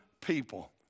people